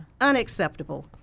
unacceptable